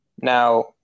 Now